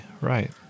right